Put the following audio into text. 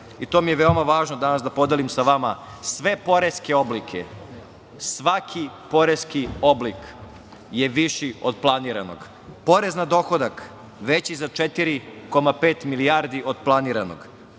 i to mi je veoma važno danas da podelim sa vama, sve poreske oblike, svaki poreski oblik je viši od planiranog. Porez na dohodak veći za 4,5 milijardi od planiranog,